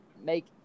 make